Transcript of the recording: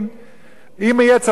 אם יהיה צבא מקצועי,